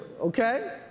okay